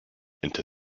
into